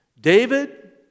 David